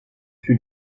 fut